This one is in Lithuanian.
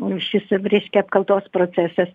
rūšis ir reiškia apkaltos procesas